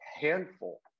handful